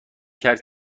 کرد